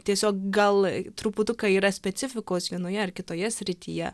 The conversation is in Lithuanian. tiesiog gal truputuką yra specifikos vienoje ar kitoje srityje